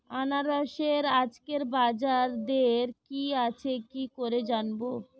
আনারসের আজকের বাজার দর কি আছে কি করে জানবো?